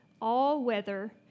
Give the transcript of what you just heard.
all-weather